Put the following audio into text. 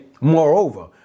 moreover